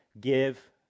give